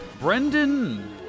Brendan